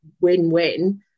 win-win